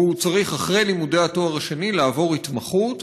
הוא צריך אחרי לימודי התואר השני לעבור התמחות,